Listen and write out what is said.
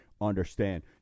understand